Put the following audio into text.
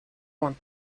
won